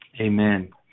Amen